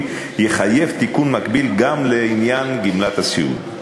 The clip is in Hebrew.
יחייב תיקון מקביל גם לעניין גמלת הסיעוד.